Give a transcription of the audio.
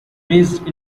raised